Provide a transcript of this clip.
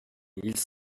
ils